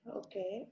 okay